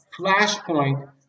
flashpoint